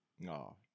No